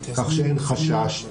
כך שאין חשש.